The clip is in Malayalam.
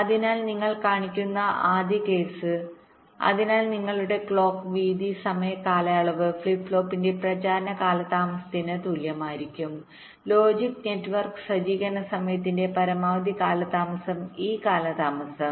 അതിനാൽ നിങ്ങൾ കാണിക്കുന്ന ആദ്യ കേസ് അതിനാൽ നിങ്ങളുടെ ക്ലോക്ക് വീതി സമയ കാലയളവ് ഫ്ലിപ്പ് ഫ്ലോപ്പിന്റെ പ്രചാരണ കാലതാമസത്തിന് തുല്യമായിരിക്കണം ലോജിക് നെറ്റ്വർക്ക് സജ്ജീകരണ സമയത്തിന്റെ പരമാവധി കാലതാമസം ഈ കാലതാമസം